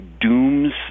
dooms